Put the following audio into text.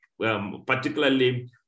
particularly